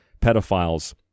pedophiles